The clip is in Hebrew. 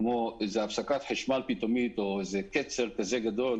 כמו הפסקת חשמל פתאומית או קצר גדול